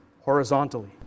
horizontally